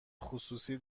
خصوصی